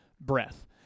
breath